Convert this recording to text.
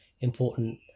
important